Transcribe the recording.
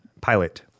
Pilot